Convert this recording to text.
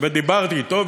ודיברתי אתו,